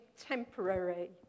temporary